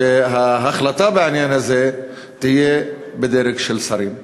שההחלטה בעניין הזה תהיה בדרג של שרים.